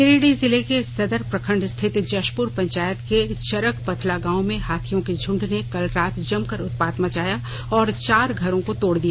गिरिडीह जिले के सदर प्रखंड स्थित जशपुर पंचायत के चरकपथला गांव में हाथियों के झुंड ने कल रात जमकर उत्पात मचाया और चार घरो को तोड़ दिया